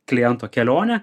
kliento kelionę